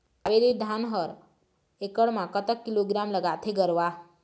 कावेरी धान हर एकड़ म कतक किलोग्राम लगाथें गरवा?